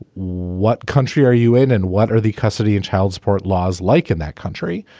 what country are you in and what are the custody and child support laws like in that country